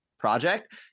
project